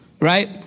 right